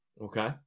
Okay